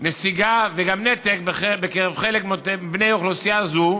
נסיגה ואף נתק בקרב חלק מבני אוכלוסייה זו"